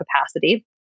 capacity